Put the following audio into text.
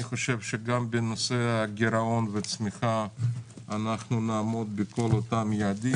אני חושב שגם בנושא הגירעון והצמיחה אנחנו נעמוד בכל אותם היעדים,